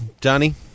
johnny